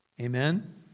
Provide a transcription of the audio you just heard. Amen